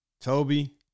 Toby